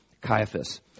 Caiaphas